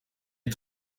die